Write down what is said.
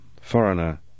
Foreigner